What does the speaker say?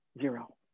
zero